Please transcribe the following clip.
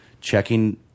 checking